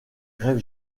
grève